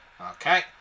Okay